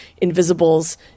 Invisibles